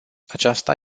aceasta